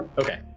Okay